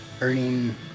earning